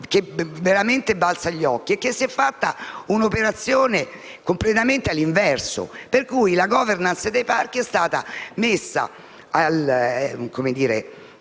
che veramente balza agli occhi è che si è fatta un'operazione completamente all'inverso; per cui la *governance* dei parchi, ahimè, è stata messa al servizio